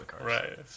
Right